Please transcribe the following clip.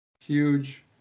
huge